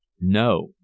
no